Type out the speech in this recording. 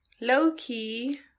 low-key